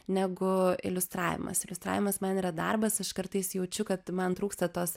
negu iliustravimas iliustravimas man yra darbas aš kartais jaučiu kad man trūksta tos